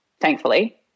thankfully